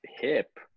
hip